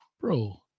bro